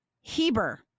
Heber